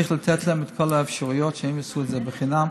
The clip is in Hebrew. צריך לתת להם את כל האפשרויות שהם יעשו את זה חינם,